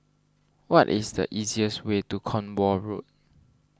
what is the easiest way to Cornwall Road